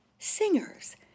Singers